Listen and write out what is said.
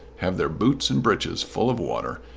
have their boots and breeches full of water,